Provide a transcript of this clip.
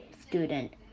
student